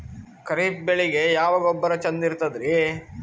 ಖರೀಪ್ ಬೇಳಿಗೆ ಯಾವ ಗೊಬ್ಬರ ಚಂದ್ ಇರತದ್ರಿ?